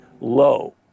low